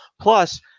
Plus